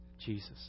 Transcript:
Jesus